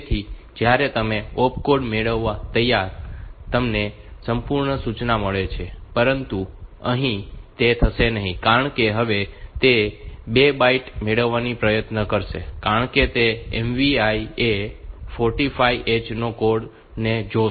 તેથી જ્યારે તમે ઓપકોડ મેળવો ત્યારે તમને સંપૂર્ણ સૂચના મળે છે પરંતુ અહીં તે થશે નહીં કારણ કે હવે તે 2 બાઈટ મેળવવાનો પ્રયત્ન કરશે કારણ કે તે MVI A45h ના કોડ ને જોશે